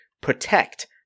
protect